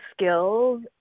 skills